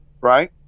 right